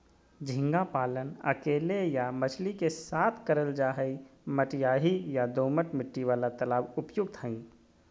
झींगा पालन अकेले या मछली के साथ करल जा हई, मटियाही या दोमट मिट्टी वाला तालाब उपयुक्त हई